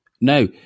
no